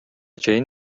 чейин